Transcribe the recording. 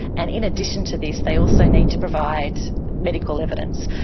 and in addition to this they also need to provide medical evidence.